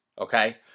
okay